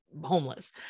homeless